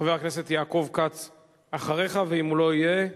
חבר הכנסת יעקב כץ אחריך, ואם הוא לא יהיה,